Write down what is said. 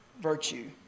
virtue